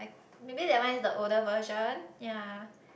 maybe that one is the older version yea